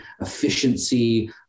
efficiency